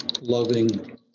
loving